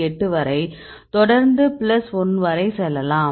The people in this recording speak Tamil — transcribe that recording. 8 வரை தொடர்ந்து 1 வரை செல்லலாம்